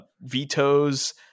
vetoes